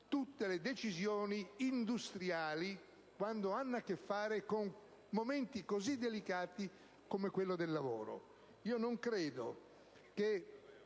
tutte le decisioni industriali quando hanno a che fare con momenti così delicati come quello del lavoro.